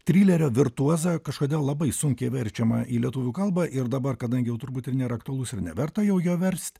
trilerio virtuozą kažkodėl labai sunkiai verčiamą į lietuvių kalbą ir dabar kadangi turbūt ir nėra aktualus ir neverta jau jo verst